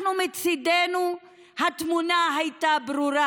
אנחנו, מצידנו התמונה הייתה ברורה.